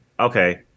Okay